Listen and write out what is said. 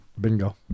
Bingo